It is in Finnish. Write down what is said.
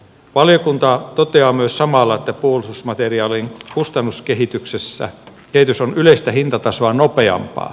valiokunta toteaa myös samalla että puolustusmateriaalin kustannuskehityksessä kehitys on yleistä hintatasoa nopeampaa